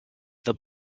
the